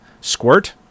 squirt